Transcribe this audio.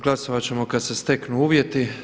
Glasovat ćemo kada se steknu uvjeti.